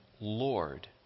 Lord